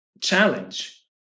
challenge